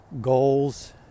goals